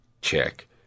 check